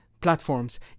platforms